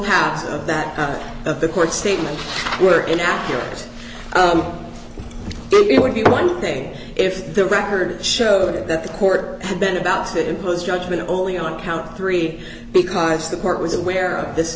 halves of that of the court statement were inaccurate it would be one thing if the record showed that the court had been about to impose a judgment only on count three because the court was aware of this